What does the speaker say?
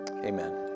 Amen